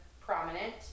prominent